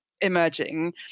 Emerging